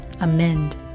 amend